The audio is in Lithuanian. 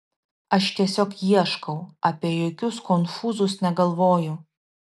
aš tiesiog ieškau apie jokius konfūzus negalvoju